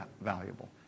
valuable